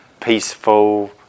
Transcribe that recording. peaceful